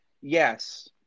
Yes